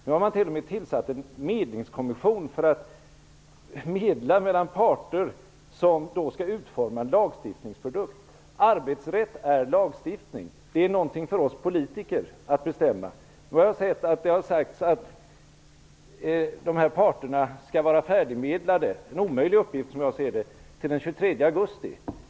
Nu har man t.o.m. tillsatt en medlingskommission för att medla mellan parter som skall utforma en lagstiftningsprodukt. Men arbetsrätt är lagstiftning, det är något för oss politiker att bestämma! Jag har sett att det har sagts att parterna skall vara färdigmedlade - en omöjlig uppgift som jag ser det - till den 23 augusti.